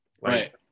right